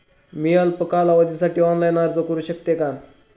मी अल्प कालावधीसाठी ऑनलाइन अर्ज करू शकते का?